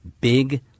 big